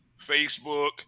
facebook